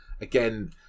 Again